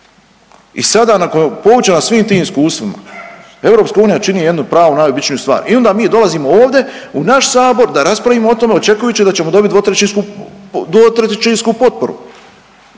I sada nakon poučena svim tim iskustvima, EU čini jednu pravnu najobičniju stvar i onda mi dolazimo ovde u naš Sabor da raspravimo o tome očekujući da ćemo dobiti dvotrećinsku potporu